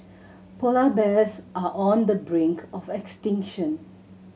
polar bears are on the brink of extinction